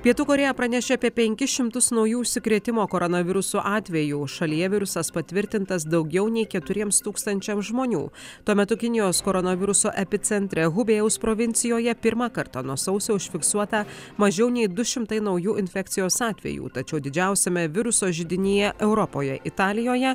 pietų korėja pranešė apie penkis šimtus naujų užsikrėtimo koronavirusu atvejų šalyje virusas patvirtintas daugiau nei keturiems tūkstančiams žmonių tuo metu kinijos koronaviruso epicentre hubėjaus provincijoje pirmą kartą nuo sausio užfiksuota mažiau nei du šimtai naujų infekcijos atvejų tačiau didžiausiame viruso židinyje europoje italijoje